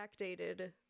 backdated